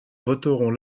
voteront